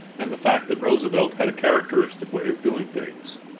and the fact that roosevelt had a characteristic way of doing things.